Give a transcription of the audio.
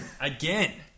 Again